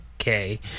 Okay